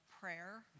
prayer